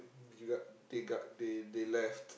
you got they got they they left